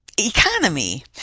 Economy